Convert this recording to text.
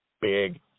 big